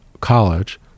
college